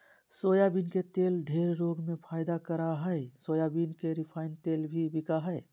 soybean के तेल ढेर रोग में फायदा करा हइ सोयाबीन के रिफाइन तेल भी बिका हइ